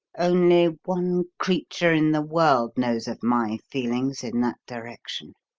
only one creature in the world knows of my feelings in that direction,